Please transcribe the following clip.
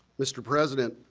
mr. president,